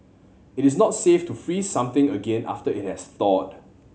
it is not safe to freeze something again after it has thawed